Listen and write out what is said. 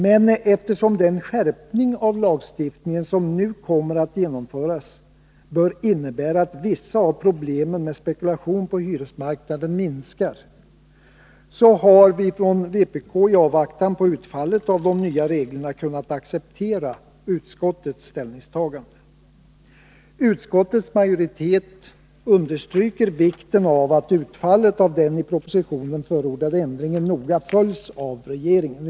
Men eftersom den skärpning av lagstiftningen som nu kommer att genomföras bör innebära att vissa av problemen med spekulation på hyresmarknaden minskar, har vi från vpk i avvaktan på utfallet av de nya reglerna kunnat acceptera utskottets ställningstagande. Utskottets majoritet understryker vikten av att utfallet av den i propositionen förordade ändringen noga följs av regeringen.